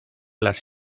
las